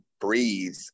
breathe